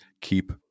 keep